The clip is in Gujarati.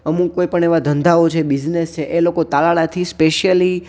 અમુક કોઈ પણ એવા ધંધાઓ છે બિઝનેસ છે એ લોકો તાલાળાથી સ્પેશિયલી